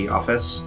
office